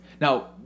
Now